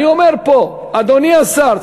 אני אומר פה: אדוני השר,